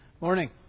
Morning